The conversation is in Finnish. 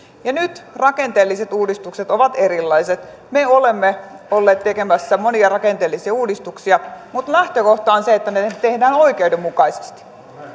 ja nyt rakenteelliset uudistukset ovat erilaiset me olemme olleet tekemässä monia rakenteellisia uudistuksia mutta lähtökohta on se että ne tehdään oikeudenmukaisesti